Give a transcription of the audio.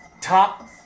top